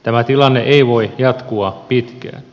tämä tilanne ei voi jatkua pitkään